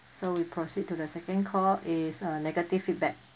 so we proceed to the second call it's a negative feedback